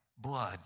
blood